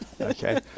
Okay